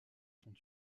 sont